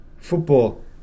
Football